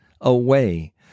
away